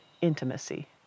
intimacy